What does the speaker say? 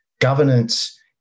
Governance